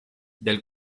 del